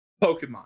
Pokemon